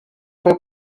fue